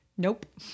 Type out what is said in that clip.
nope